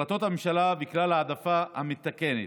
החלטות הממשלה וכלל ההעדפה המתקנת,